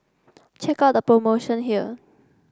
check out the promotion here